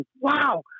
wow